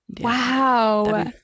Wow